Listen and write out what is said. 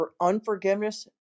unforgiveness